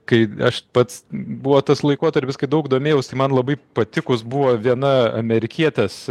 kai aš pats buvo tas laikotarpis kai daug domėjausi man labai patikus buvo viena amerikietės